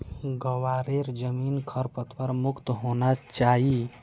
ग्वारेर जमीन खरपतवार मुक्त होना चाई